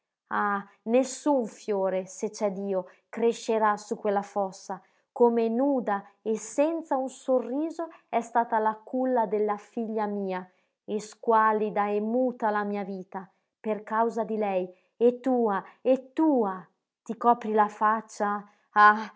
ah nessun fiore se c'è dio crescerà su quella fossa come nuda e senza un sorriso è stata la culla della figlia mia e squallida e muta la mia vita per causa di lei e tua e tua ti copri la faccia ah